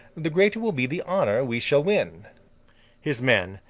the greater will be the honour we shall win his men,